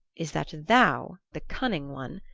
is that thou, the cunning one,